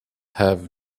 have